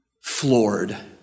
floored